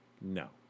No